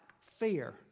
fear